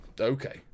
Okay